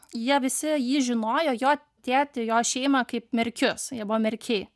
jie visi jį žinojo jo tėtį jo šeimą kaip merkius jie buvo merkiai